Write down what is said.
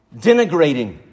denigrating